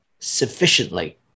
sufficiently